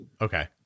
Okay